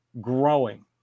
growing